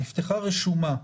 נפתחה רשומה.